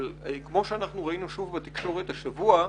כמו שאנחנו ראינו שוב בתקשורת השבוע,